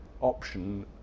option